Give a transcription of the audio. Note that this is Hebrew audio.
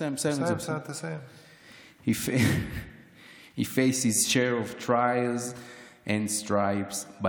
// He's faced his share of trials and strife.